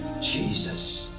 Jesus